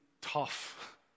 tough